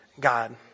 God